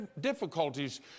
difficulties